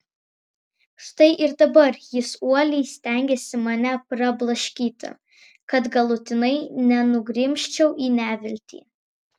štai ir dabar jis uoliai stengiasi mane prablaškyti kad galutinai nenugrimzčiau į neviltį